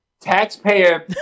taxpayer